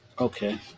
Okay